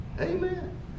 Amen